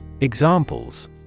Examples